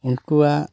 ᱩᱱᱠᱩᱣᱟᱜ